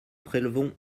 prélevons